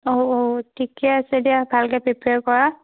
অ' অ' ঠিকে আছে দিয়া ভালকে প্ৰিপেয়াৰ কৰা